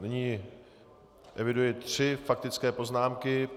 Nyní eviduji tři faktické poznámky.